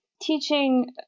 teaching